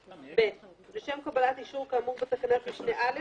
(ב) לשם קבלת אישור כאמור בתקנת משנה (א),